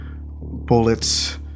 bullets